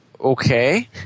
Okay